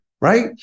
right